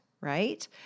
right